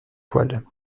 poêle